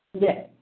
Yes